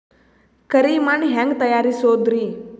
ಕರಿ ಮಣ್ ಹೆಂಗ್ ತಯಾರಸೋದರಿ?